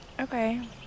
Okay